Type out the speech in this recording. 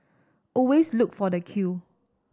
always look for the queue